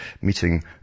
Meeting